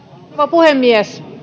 puhemies